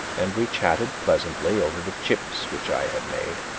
and we chatted pleasantly over the chips which i had made.